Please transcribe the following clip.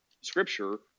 scripture